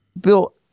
bill